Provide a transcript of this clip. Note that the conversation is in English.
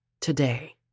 today